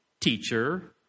teacher